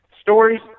stories